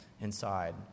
inside